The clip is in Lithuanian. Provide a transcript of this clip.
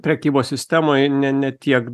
prekybos sistemoje ne ne ne tiek